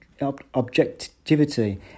objectivity